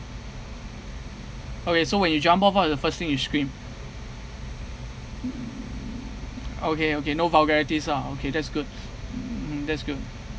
okay so when you jump off what is the first thing you scream okay okay no vulgarities ah okay that's good um that's good